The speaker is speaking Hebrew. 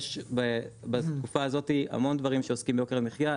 יש בתקופה הזאתי המון דברים שעוסקים ביוקר המחיה,